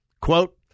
quote